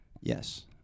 Yes